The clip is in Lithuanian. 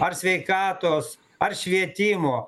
ar sveikatos ar švietimo